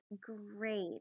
great